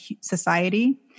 society